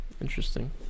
Interesting